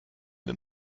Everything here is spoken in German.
den